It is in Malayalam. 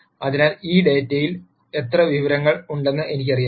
അതിനാൽ ഈ ഡാറ്റയിൽ എത്ര വിവരങ്ങൾ ഉണ്ടെന്ന് എനിക്കറിയാം